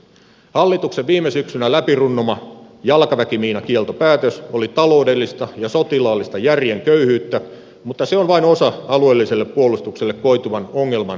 hallituksen viime syksynä läpi runnoma jalkaväkimiinakieltopäätös oli taloudellista ja sotilaallista järjen köyhyyttä mutta se on vain osa alueelliselle puolustukselle koituvan ongelman koko kuvaa